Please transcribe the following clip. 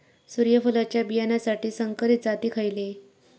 सूर्यफुलाच्या बियानासाठी संकरित जाती खयले?